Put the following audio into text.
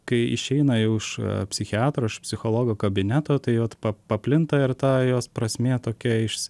kai išeina jau iš psichiatro iš psichologo kabineto tai vat pa paplinta ir ta jos prasmė tokia